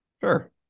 Sure